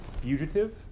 fugitive